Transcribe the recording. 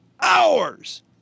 hours